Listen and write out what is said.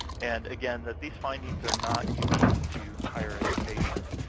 and, again, that these findings are not unique to higher education,